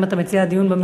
אם אתה מציע דיון במליאה,